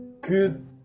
good